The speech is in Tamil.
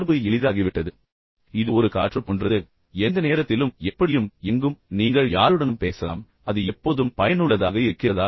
தொடர்பு மிகவும் எளிதாகிவிட்டது இது ஒரு காற்று போன்றது எந்த நேரத்திலும் எப்படியும் எங்கும் நீங்கள் யாருடனும் பேசலாம் ஆனால் அது எப்போதும் பயனுள்ளதாக இருக்கிறதா